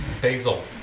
basil